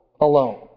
Alone